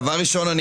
דבר ראשון,